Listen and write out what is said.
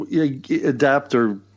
adapter